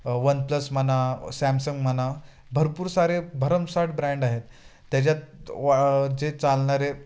one plus म्हणा Samsung म्हणा भरपूर सारे भरमसाट ब्रँड आहेत त्याच्यात वा जे चालणारे